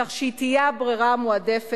כך שהיא תהיה הברירה המועדפת,